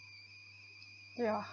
ya